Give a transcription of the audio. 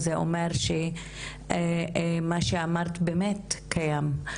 זה אומר שמה שאמרת באמת קיים.